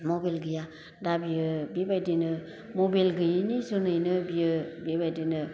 मबेल गैया दा बियो बिबायदिनो मबेल गैयैनि जुनैनो बियो बेबायदिनो